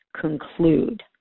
conclude